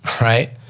right